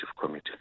Committee